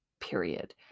period